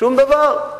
שום דבר.